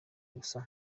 gusa